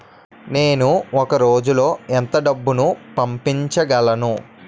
నేను ఒక రోజులో ఎంత డబ్బు పంపించగలను?